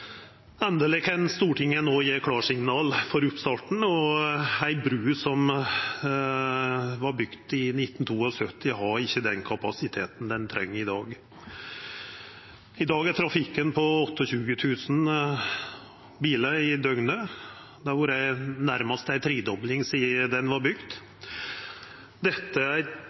Endeleg kan Stortinget gje klarsignal for oppstarten. Ei bru som vart bygd i 1972 har ikkje den kapasiteten ho treng i dag. I dag er trafikken på 28 000 bilar i døgnet. Det har vore nærmast ei tredobling sidan ho vart bygd. Dette